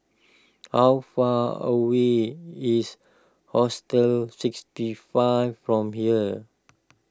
how far away is Hostel sixty five from here